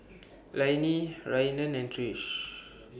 Lainey Rhiannon and Trish